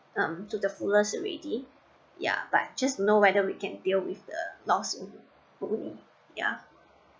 um to the fullest already ya but just know whether we can deal with the loss yeah